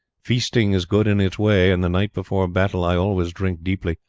feasting is good in its way, and the night before battle i always drink deeply,